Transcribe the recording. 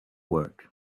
work